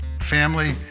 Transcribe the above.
family